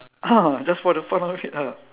just for the fun of it ah